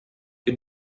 you